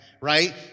right